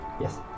Yes